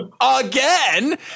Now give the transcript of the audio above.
again